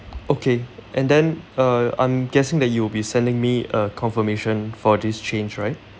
okay and then uh I'm guessing that you will be sending me a confirmation for this change right